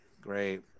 Great